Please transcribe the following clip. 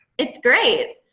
it's great.